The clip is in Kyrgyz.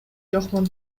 жокмун